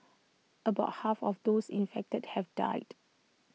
about half of those infected have died